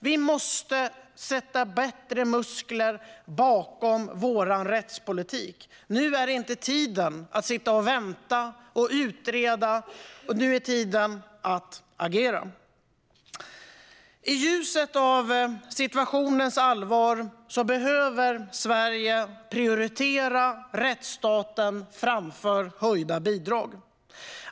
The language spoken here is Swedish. Vi måste sätta bättre muskler bakom vår rättspolitik. Nu är inte tiden att sitta och vänta och utreda. Nu är tiden att agera. I ljuset av situationens allvar behöver Sverige prioritera rättsstaten framför höjda bidrag.